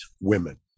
women